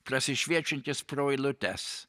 prasišviečiantis pro eilutes